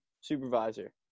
supervisor